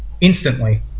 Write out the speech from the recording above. instantly